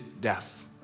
death